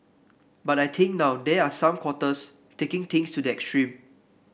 but I think now there are some quarters taking things to the extreme